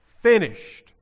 finished